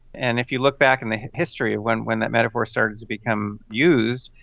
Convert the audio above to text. and if you look back in history of when when that metaphor started to become used,